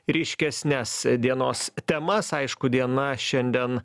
ryškesnes dienos temas aišku diena šiandien